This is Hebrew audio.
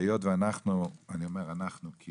והיות שאנחנו, אני אומר "אנחנו" כי